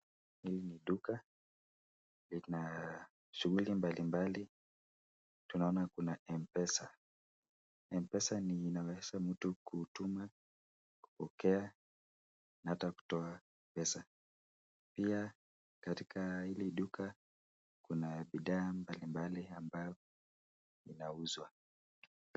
Hii ni duka, ina shughuli mbalimbali, tunaona kuna mpesa. Mpesa inawezesha mtu kutuma, kupokea na hata kutoa pesa. Pia katika hili duka kuna bidhaa mbalimbali ambayo inauzwa.